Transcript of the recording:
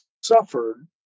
suffered